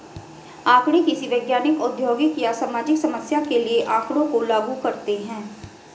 आंकड़े किसी वैज्ञानिक, औद्योगिक या सामाजिक समस्या के लिए आँकड़ों को लागू करते है